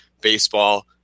baseball